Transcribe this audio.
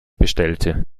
bestellte